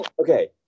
okay